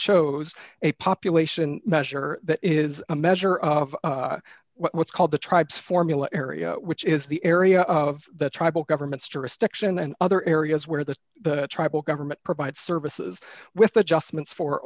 chose a population measure that is a measure of what's called the tribes formula area which is the area of the tribal governments jurisdiction and other areas where the tribal government provides services with adjustments for